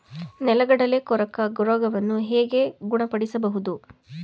ನೆಲಗಡಲೆ ಕೊರಕ ರೋಗವನ್ನು ಹೇಗೆ ಗುಣಪಡಿಸಬಹುದು?